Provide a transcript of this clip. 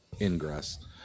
ingress